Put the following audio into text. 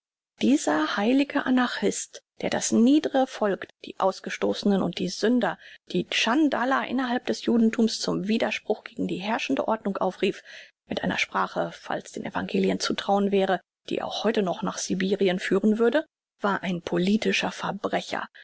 dieser heilige anarchist der das niedere volk die ausgestoßnen und sünder die tschandala innerhalb des judenthums zum widerspruch gegen die herrschende ordnung aufrief mit einer sprache falls den evangelien zu trauen wäre die auch heute noch nach sibirien führen würde war ein politischer verbrecher